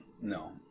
No